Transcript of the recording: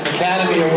Academy